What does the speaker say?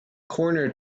corner